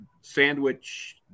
sandwich